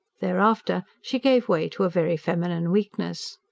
thereafter, she gave way to a very feminine weakness.